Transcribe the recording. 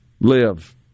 live